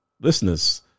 Listeners